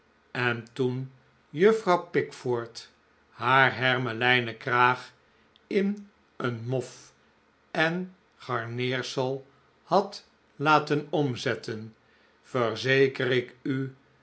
en toen juffrouw pickford haar hermelijnen kraag in een mof en garneersel had laten omzetten verzeker ik u